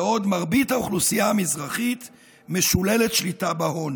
בעוד מרבית האוכלוסייה המזרחית משוללת שליטה בהון.